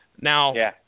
Now